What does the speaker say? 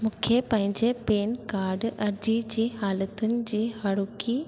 मूंखे पंहिंजे pan card अर्जी जी हालतुनि जी हाणोकी